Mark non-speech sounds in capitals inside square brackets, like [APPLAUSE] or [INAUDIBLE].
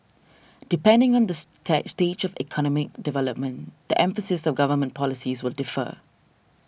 depending on the [UNINTELLIGIBLE] stage of economic development the emphasis of government policies will differ